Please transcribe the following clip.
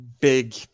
big